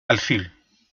alfil